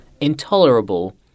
intolerable